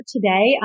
Today